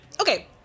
Okay